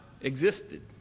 existed